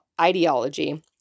ideology